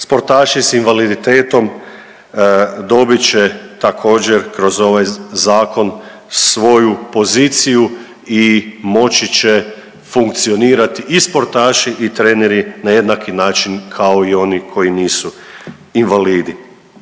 sportaši s invaliditetom dobit će također kroz ovaj zakon svoju poziciju i moći će funkcionirati i sportaši i treneri na jednaki način kao i oni koji nisu invalidi.